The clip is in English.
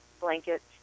blankets